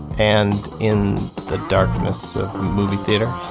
and in the darkness of the movie theater,